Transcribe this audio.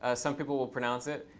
ah some people will pronounce it.